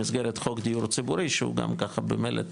במסגרת חוק דיור ציבורי שהוא גם ככה במלא,